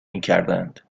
میکردند